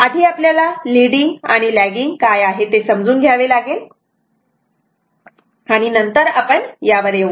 आधी आपल्याला लीडिंग आणि लॅगिंग काय आहे ते समजून घ्यावे लागेल आणि नंतर आपण यावर येऊ